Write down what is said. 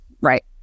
right